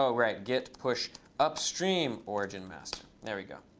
so right. git push upstream origin master. there we go.